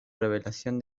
revelación